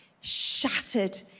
shattered